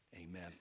Amen